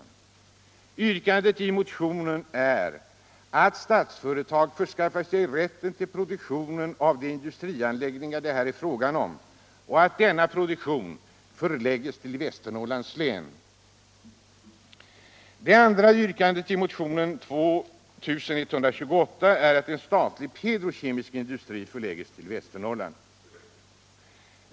Det första yrkandet i motionen är att Statsföretag förskaffar sig rätten till produktionen i de industrianläggningar det här är fråga om och att denna produktion förläggs till Västernorrlands län. Det andra yrkandet i motion 2158 är att en statlig petrokemisk industri förläggs tull Västernorrland.